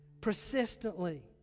persistently